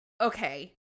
Okay